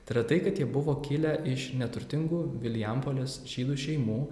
tai yra tai kad jie buvo kilę iš neturtingų vilijampolės žydų šeimų